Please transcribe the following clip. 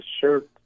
shirt